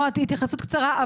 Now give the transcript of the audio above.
נועה, התייחסות קצרה.